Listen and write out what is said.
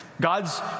God's